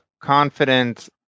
confident